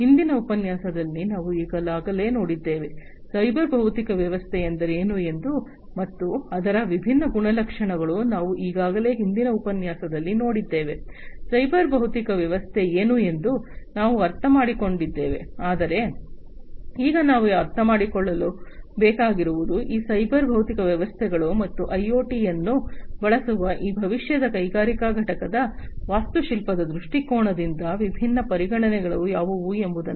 ಹಿಂದಿನ ಉಪನ್ಯಾಸದಲ್ಲಿ ನಾವು ಈಗಾಗಲೇ ನೋಡಿದ್ದೇವೆ ಸೈಬರ್ ಭೌತಿಕ ವ್ಯವಸ್ಥೆ ಎಂದರೇನು ಎಂದು ಮತ್ತು ಅದರ ವಿಭಿನ್ನ ಗುಣಲಕ್ಷಣಗಳು ನಾವು ಈಗಾಗಲೇ ಹಿಂದಿನ ಉಪನ್ಯಾಸದಲ್ಲಿ ನೋಡಿದ್ದೇವೆ ಸೈಬರ್ ಭೌತಿಕ ವ್ಯವಸ್ಥೆ ಏನು ಎಂದು ನಾವು ಅರ್ಥಮಾಡಿಕೊಂಡಿದ್ದೇವೆ ಆದರೆ ಈಗ ನಾವು ಅರ್ಥಮಾಡಿಕೊಳ್ಳ ಬೇಕಾಗಿರುವುದು ಈ ಸೈಬರ್ ಭೌತಿಕ ವ್ಯವಸ್ಥೆಗಳು ಮತ್ತು ಐಒಟಿಯನ್ನು ಬಳಸುವ ಈ ಭವಿಷ್ಯದ ಕೈಗಾರಿಕಾ ಘಟಕದ ವಾಸ್ತುಶಿಲ್ಪದ ದೃಷ್ಟಿಕೋನದಿಂದ ವಿಭಿನ್ನ ಪರಿಗಣನೆಗಳು ಯಾವುವು ಎಂಬುದನ್ನು